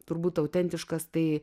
turbūt autentiškas tai